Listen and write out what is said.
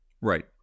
right